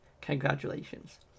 congratulations